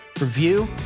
review